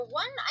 one